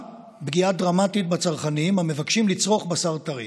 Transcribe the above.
פגיעה דרמטית בצרכנים המבקשים לצרוך בשר טרי.